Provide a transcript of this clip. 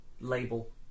label